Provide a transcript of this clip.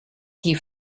die